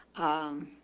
um,